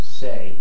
say